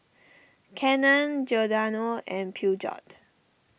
Canon Giordano and Peugeot